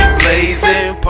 blazing